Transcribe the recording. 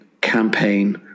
campaign